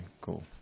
cool